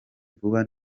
vuba